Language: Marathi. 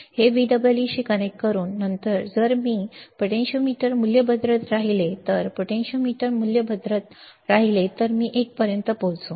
हे VEE शी कनेक्ट करून आणि नंतर जर मी पोटेंशियोमीटर मूल्य बदलत राहिलो जर मी पोटेंशियोमीटर मूल्य बदलत राहिलो तर मी एक पर्यंत पोहोचू